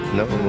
no